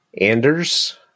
Anders